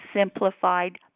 simplified